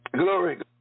Glory